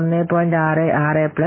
66 N o 0